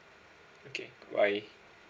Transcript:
okay bye